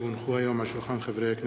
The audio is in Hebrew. כי הונחו היום על שולחן הכנסת,